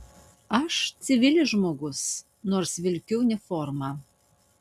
aš civilis žmogus nors vilkiu uniformą